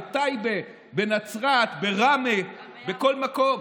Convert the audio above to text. בטייבה, בנצרת, בראמה, בכל מקום.